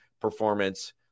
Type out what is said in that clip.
performance